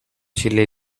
chili